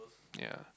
yeah